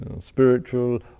spiritual